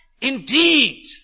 indeed